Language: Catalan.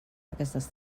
aquestes